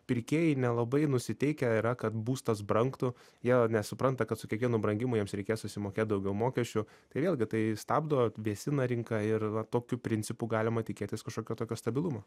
pirkėjai nelabai nusiteikę yra kad būstas brangtų jie nesupranta kad su kiekvienu brangimu jiems reikės susimokėt daugiau mokesčių tai vėlgi tai stabdo vėsina rinką ir va tokiu principu galima tikėtis kažkokio tokio stabilumo